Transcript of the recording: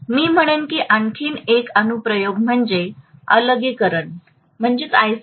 मी म्हणेन की आणखी एक अनुप्रयोग म्हणजे अलगीकरण isolation